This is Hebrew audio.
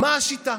מה השיטה?